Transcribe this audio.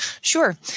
Sure